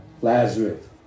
Lazarus